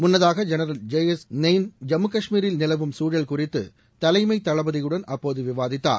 முன்னதாக general J S Nain Jammu காஷ்மீரில் நிலவும் சூழல் குறித்து தலைமை தளபதியுடன் அப்போது விவாதித்தார்